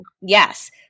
Yes